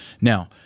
now